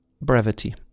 Brevity